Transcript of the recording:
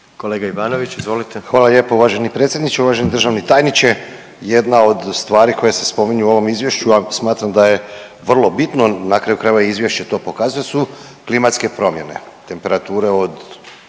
**Ivanović, Goran (HDZ)** Hvala lijepo. Uvaženi predsjedniče, uvaženi državni tajniče. Jedna od stvari koje se spominju u ovome izvješću, a smatram da je vrlo bitno, na kraju krajeva i izvješće to pokazuje su klimatske promjene, temperature samo